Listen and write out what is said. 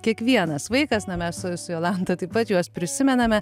kiekvienas vaikas na mes su jolanta taip pat juos prisimename